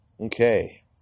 Okay